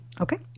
Okay